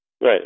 Right